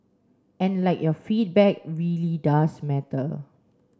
and like your feedback really does matter